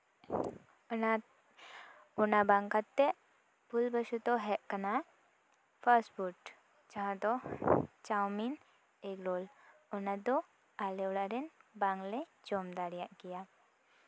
ᱚᱱᱟ ᱚᱱᱟ ᱵᱟᱝ ᱠᱟᱛᱮᱜ ᱵᱷᱩᱞ ᱵᱚᱥᱚᱛᱚ ᱦᱮᱡ ᱠᱟᱱᱟ ᱯᱷᱟᱥᱴ ᱯᱷᱩᱰ ᱡᱟᱦᱟᱸ ᱫᱚ ᱪᱟᱣᱢᱤᱱ ᱮᱜᱽᱨᱳᱞ ᱚᱱᱟ ᱫᱚ ᱟᱞᱮ ᱚᱲᱟᱜ ᱨᱮᱱ ᱵᱟᱝᱞᱮ ᱡᱚᱢ ᱫᱟᱲᱮᱭᱟᱜ ᱜᱮᱭᱟ